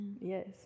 Yes